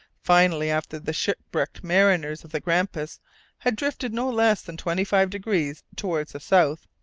finally, after the shipwrecked mariners of the grampus had drifted no less than twenty-five degrees towards the south,